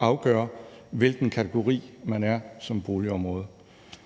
afgør, hvilken kategori man tilhører som boligområde.